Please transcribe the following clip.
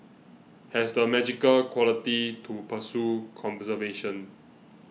has the magical quality to pursue conservation